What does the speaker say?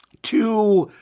to